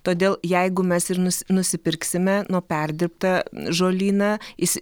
todėl jeigu mes ir nus nusipirksime nu perdirbtą žolyną jis